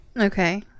Okay